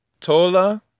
Tola